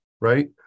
Right